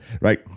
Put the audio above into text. right